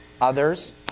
Others